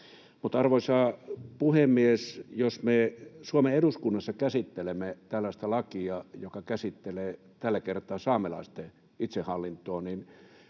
arvoisa puhemies, jos me Suomen eduskunnassa käsittelemme tällaista lakia, joka käsittelee tällä kertaa saamelaisten itsehallintoa, niin